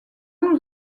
nous